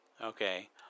Okay